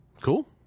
Cool